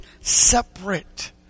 separate